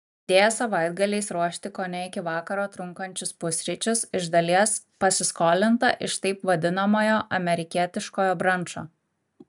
idėja savaitgaliais ruošti kone iki vakaro trunkančius pusryčius iš dalies pasiskolinta iš taip vadinamojo amerikietiškojo brančo